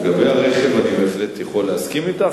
לגבי הרכב אני בהחלט יכול להסכים אתך.